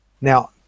Now